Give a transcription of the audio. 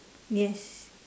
yes